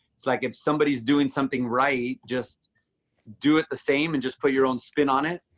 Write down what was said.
it's like if somebody's doing something right, just do it the same and just put your own spin on it,